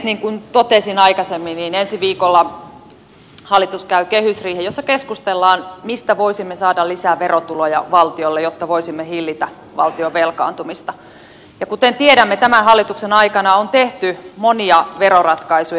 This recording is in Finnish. niin kuin totesin aikaisemmin ensi viikolla hallitus käy kehysriihen jossa keskustellaan mistä voisimme saada lisää verotuloja valtiolle jotta voisimme hillitä valtion velkaantumista ja kuten tiedämme tämän hallituksen aikana on tehty monia veroratkaisuja